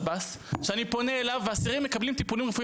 שאני פונה אליו והאסירים מקבלים טיפולים רפואיים